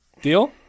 Deal